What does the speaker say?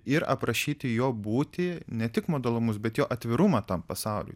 ir aprašyti jo būtį ne tik modalumus bet jo atvirumą tam pasauliui